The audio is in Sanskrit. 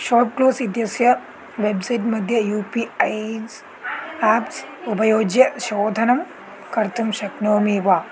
शाट्क्लोस् इत्यस्य वेब्सैड् मध्ये यू पी ऐल्स् आप्स् उपयुज्य शोधनं कर्तुं शक्नोमि वा